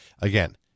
again